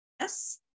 yes